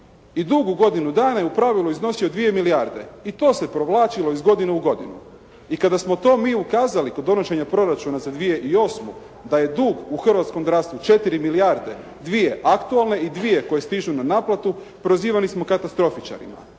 I dug u godinu dana je u pravilu iznosio dvije milijarde. I to se provlačilo iz godine u godinu. I kada smo to mi ukazali kod donošenja proračuna za 2008. da je dug u hrvatskom zdravstvu 4 milijarde, dvije aktualne i dvije koje stižu na naplatu prozivani smo katastrofičarima.